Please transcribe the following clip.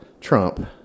Trump